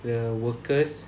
the workers